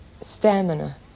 stamina